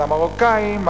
על המרוקנים,